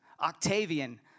Octavian